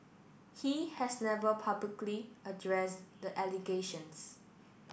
he has never publicly addressed the allegations